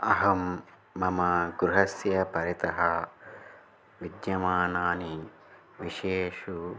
अहं मम गृहं परितः विद्यमानेषु विषयेषु